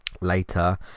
later